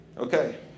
Okay